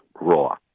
raw